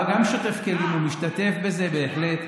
גם האבא שוטף כלים, הוא משתתף בזה, בהחלט.